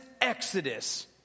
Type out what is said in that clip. Exodus